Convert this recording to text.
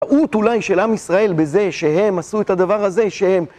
טעות אולי של עם ישראל בזה שהם עשו את הדבר הזה שהם...